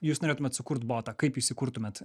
jūs norėtumėt sukurt botą kaip jūs jį kurtumėt